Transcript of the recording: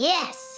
Yes